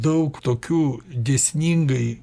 daug tokių dėsningai